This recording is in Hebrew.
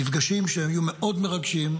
מפגשים שהיו מאוד מרגשים,